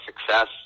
success